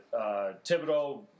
Thibodeau